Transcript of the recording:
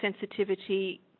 sensitivity